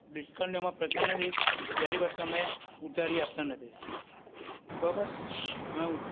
ડિસ્કાઉન્ટની આમાં પ્રથા નથી પહેલી વાત તો અમે ઉધારી આપતા નથી બરાબર અમે